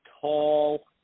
tall